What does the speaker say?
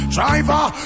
Driver